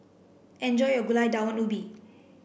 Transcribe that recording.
enjoy your Gulai Daun Ubi